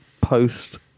post